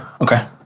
okay